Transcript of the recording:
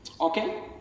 okay